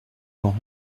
quand